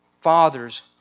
Fathers